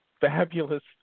fabulous